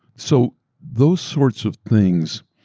so those sorts of things,